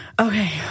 Okay